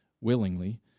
willingly